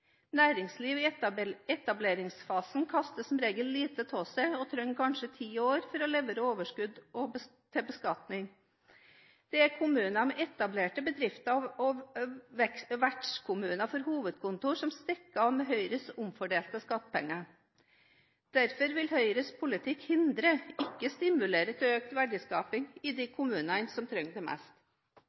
Næringsliv i etableringsfasen kaster som regel lite av seg og trenger kanskje ti år for å levere overskudd til beskatning. Det er kommuner med etablerte bedrifter og vertskommuner for hovedkontor som stikker av med Høyres omfordelte skattepenger. Derfor vil Høyres politikk hindre, ikke stimulere, økt verdiskaping i de kommunene som trenger det mest.